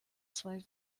zwei